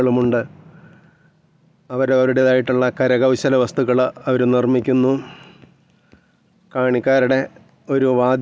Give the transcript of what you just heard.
അപ്പോൾ ഞാന് എന്താണ് ഞാന് പറഞ്ഞു ഇല്ല വെറുതെ ഇരുന്നപ്പോഴത്തേനും അങ്ങനെ മനസ്സിൽത്തോന്നി അതു കൊണ്ട് വരച്ചു എന്നു മാത്രമേ പറഞ്ഞുള്ളു